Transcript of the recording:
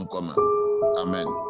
Amen